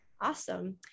Awesome